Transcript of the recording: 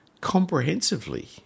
comprehensively